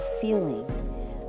feeling